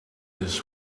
this